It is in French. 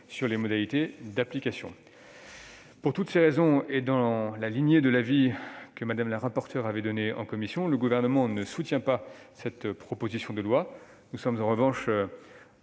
sur les modalités d'application. Pour toutes ces raisons, et dans la lignée de l'avis que Mme la rapporteure a donné en commission, le Gouvernement ne soutient pas cette proposition de loi. Nous restons en revanche